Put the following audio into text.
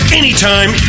anytime